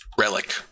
relic